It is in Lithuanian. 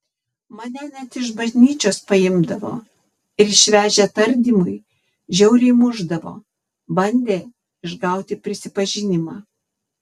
mane net iš bažnyčios paimdavo ir išvežę tardymui žiauriai mušdavo bandė išgauti prisipažinimą